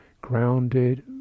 grounded